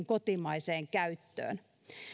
kotimaiseen käyttöön